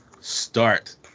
start